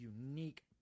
unique